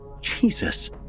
Jesus